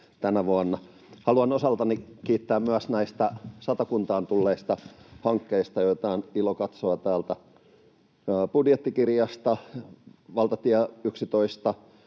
tänä vuonna. Haluan osaltani kiittää myös näistä Satakuntaan tulleista hankkeista, joita on ilo katsoa täältä budjettikirjasta. Valtatie 11:n